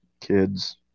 kids